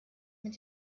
mit